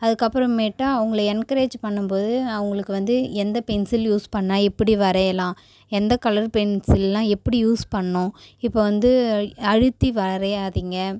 அதுக்கப்புறமேட்டா அவங்களை என்கரேஜ் பண்ணும் போது அவங்களுக்கு வந்து எந்த பென்சில் யூஸ் பண்ணா எப்படி வரையலாம் எந்த கலர் பென்சில்லாம் எப்படி யூஸ் பண்ணணும் இப்போ வந்து அழுத்தி வரையாதீங்க